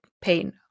pain